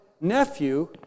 nephew